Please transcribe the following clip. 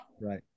right